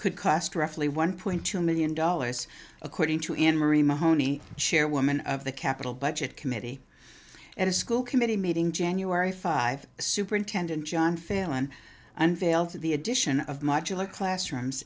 could cost roughly one point two million dollars according to anne marie mahoney share woman of the capital budget committee at a school committee meeting in january five superintendent john failon unveils the addition of modular classrooms